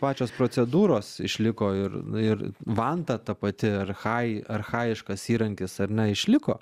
pačios procedūros išliko ir ir vanta ta pati achaji archajiškas įrankis ar ne išliko